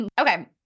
okay